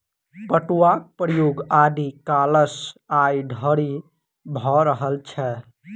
पटुआक प्रयोग आदि कालसँ आइ धरि भ रहल छै